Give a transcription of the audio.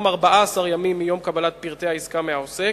14 ימים מיום קבלת פרטי העסקה מהעוסק,